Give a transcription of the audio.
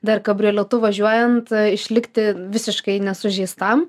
dar kabrioletu važiuojant išlikti visiškai nesužeistam